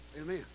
Amen